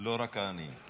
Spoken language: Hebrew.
לא רק העניים.